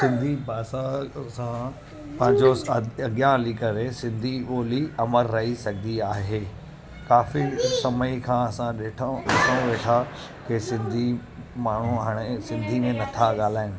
सिंधी भाषा असां पांजो अॻियां हली करे सिंधी ॿोली अमरु रही सघंदी आहे काफ़ी समय खां असां ॾिठूं वेठा इहे सिंधी माण्हू हाणे सिंधी में नथा ॻाल्हाइनि